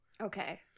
Okay